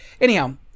Anyhow